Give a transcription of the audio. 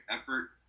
effort